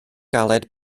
galed